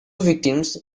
victims